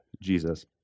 Jesus